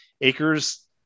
Acres